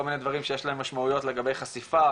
מיני דברים שיש להם משמעויות לגבי חשיפה,